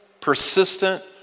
persistent